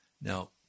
Now